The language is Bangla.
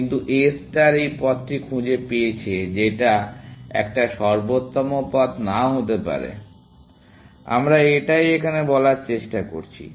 কিন্তু A ষ্টার এই পথটি খুঁজে পেয়েছে যেটা একটি সর্বোত্তম পথ নাও হতে পারে আমরা এটাই এখানে বলার চেষ্টা করছি